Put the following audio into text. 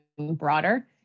broader